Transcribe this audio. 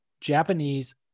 Japanese